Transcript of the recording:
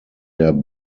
der